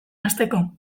hasteko